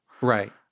Right